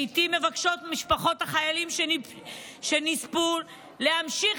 לעיתים מבקשות משפחות החיילים שנספו להמשיך